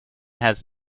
has